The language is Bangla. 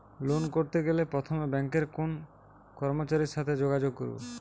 লোন করতে গেলে প্রথমে ব্যাঙ্কের কোন কর্মচারীর সাথে যোগাযোগ করব?